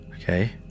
Okay